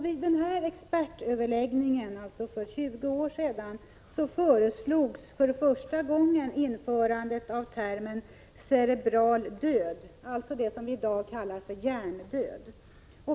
Vid den här expertöverläggningen för 20 år sedan föreslogs för första gången införandet av termen cerebral död, alltså det som vi i dag kallar hjärndöd.